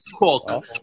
Fuck